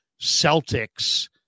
Celtics